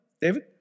David